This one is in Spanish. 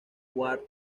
ward